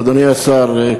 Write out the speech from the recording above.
אדוני השר,